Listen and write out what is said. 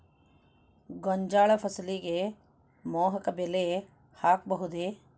ಗೋಂಜಾಳ ಫಸಲಿಗೆ ಮೋಹಕ ಬಲೆ ಹಾಕಬಹುದೇ?